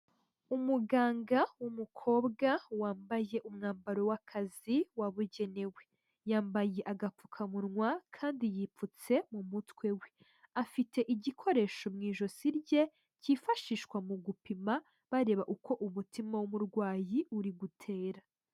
Umuganga w'umukobwa wambaye umwambaro w'akazi wabugenewe, yambaye agapfukamunwa kandi yipfutse mu mutwe we, afite igikoresho mu ijosi rye kifashishwa mu gupima bareba uko umutima w'umurwayi uri gutera.